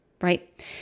right